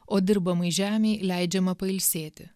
o dirbamai žemei leidžiama pailsėti